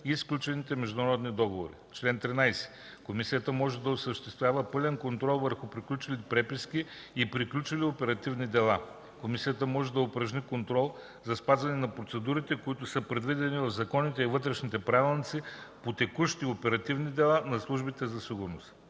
и сключените международни договори. Чл. 13. Комисията може да осъществява пълен контрол върху приключили преписки и приключили оперативни дела. Комисията може да упражни контрол за спазване на процедурите, които са предвидени в законите и вътрешни правилници, по текущи оперативни дела на службите за сигурност.